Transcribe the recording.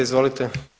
Izvolite.